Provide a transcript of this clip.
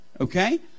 okay